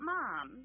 Mom